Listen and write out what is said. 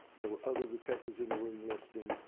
there were other detectives in the room listening.